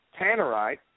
Tannerite